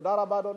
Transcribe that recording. תודה רבה, אדוני.